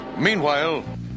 Meanwhile